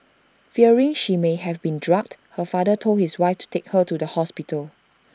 fearing she may have been drugged her father told his wife to take her to the hospital